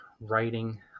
writing